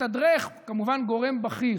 מתדרך כמובן גורם בכיר,